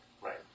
right